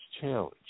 challenge